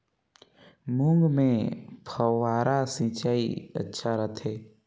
मूंग मे फव्वारा सिंचाई अच्छा रथे?